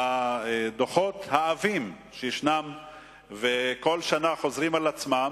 הדוחות העבים שכל שנה חוזרים על עצמם.